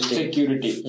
security